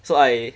so I